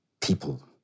people